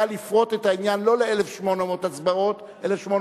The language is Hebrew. לפרוט את העניין לא ל-1,850 הצבעות,